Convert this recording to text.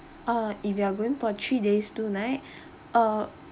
uh if you are going for three days two night uh